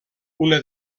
una